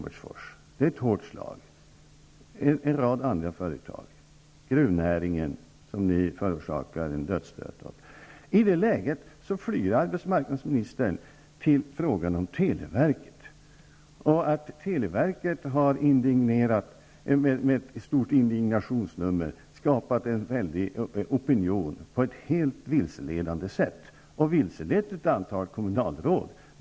Det här gäller även en rad andra företag, bl.a. gruvnäringen, som ni ger en dödsstöt. I det läget flyr arbetsmarknadsministern till frågan om televerket. Televerket har gjort ett stort nummer av sin indignation och skapat en väldig opinion på ett helt vilseledande sätt och därmed vilselett ett stort antal kommunalråd.